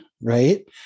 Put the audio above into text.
right